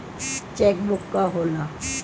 Check book का होला?